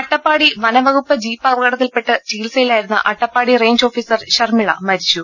അട്ടപ്പാടി വനംവകുപ്പ് ജീപ്പ് അപകടത്തിൽപ്പെട്ട് ചികിത്സയി ലായിരുന്ന അട്ടപ്പാടി റെയ്ഞ്ച് ഓഫീസർ ശർമ്മിള മരിച്ചു